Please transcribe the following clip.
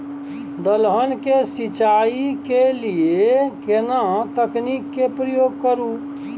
दलहन के सिंचाई के लिए केना तकनीक के प्रयोग करू?